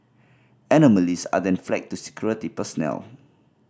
anomalies are then flagged to security personnel